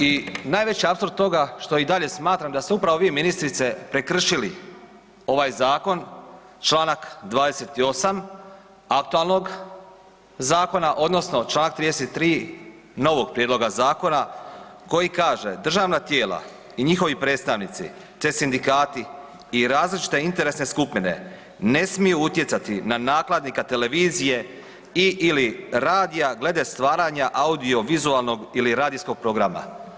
I najveći apsurd toga što i dalje smatram da se upravo vi, ministrice, prekršili ovaj zakon, čl. 28, aktualnog zakona, odnosno čl. 33 novog prijedloga zakona koji kaže: „Državna tijela i njihovi predstavnici te sindikati i različite interesne skupine, ne smiju utjecati na nakladnika televizije i/ili radija glede stvaranja audio-vizualnog ili radijskog programa.